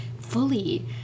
fully